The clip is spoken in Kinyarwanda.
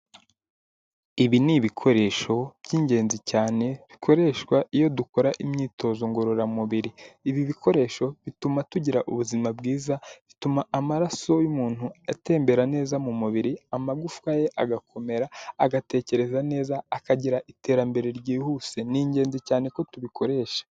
Ibi ni ibikoresho by'ingenzi cyane bikoreshwa iyo dukora imyitozo ngororamubiri, ibi bikoresho bituma tugira ubuzima bwiza, bituma amaraso y'umuntu atembera neza mu mubiri, amagufwa ye agakomera agatekereza neza, akagira iterambere ryihuse, ni ingenzi cyane ko tubikoresha.